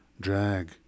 drag